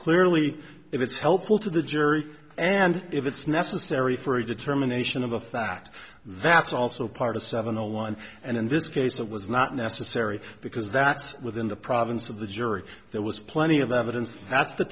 clearly if it's helpful to the jury and if it's necessary for a determination of a fact that's also part of seven zero one and in this case that was not necessary because that's within the province of the jury there was plenty of evidence that's the